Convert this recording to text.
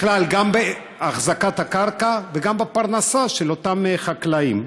בכלל, גם בהחזקת הקרקע וגם בפרנסה של אותם חקלאים.